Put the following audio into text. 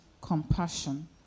compassion